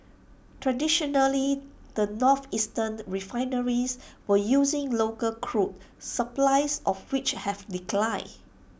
traditionally the northeastern refineries were using local crude supplies of which have declined